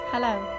Hello